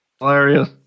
Hilarious